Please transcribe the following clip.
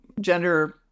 gender